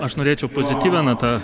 aš norėčiau pozityvia nata